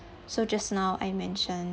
so just now I mention